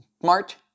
SMART